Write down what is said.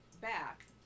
back